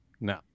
No